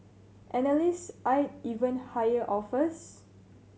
analyst eyed even higher offers